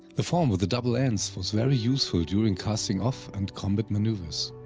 the form with the double ends, was very useful during casting off and combat maneuvers.